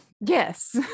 yes